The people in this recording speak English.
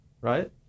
Right